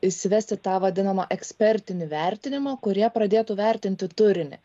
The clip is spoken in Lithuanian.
įsivesti tą vadinamą ekspertinį vertinimą kurie pradėtų vertinti turinį